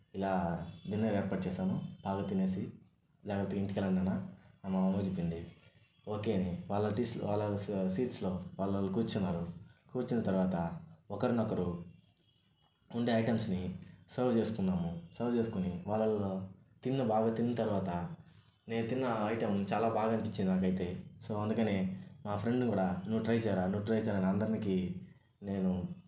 ఇలా డిన్నర్ ఏర్పాటు చేశాను బాగా తినేసి జాగ్రత్తగా ఇంటికి వెళ్ళండి నాన్న అని మా అమ్మ చెప్పింది ఓకే అని వాళ్ల టీస్ వాళ్ల వాళ్ల సీట్స్లో వాళ్లు వాళ్లు కూర్చున్నారు కూర్చున్న తర్వాత ఒకరినొకరు ఉండే ఐటమ్స్ని సర్వ్ చేసుకున్నాము సర్వ్ చేసుకుని వాళ్లల్లో తిన్న బాగా తినిన తర్వాత నేను తిన్న ఐటమ్ చాలా బాగా అనిపించింది నాకైతే సో అందుకనే మా ఫ్రెండ్ని కూడా నువ్వు ట్రై చేయరా నువ్వు ట్రై చేయరా అందరికీ నేను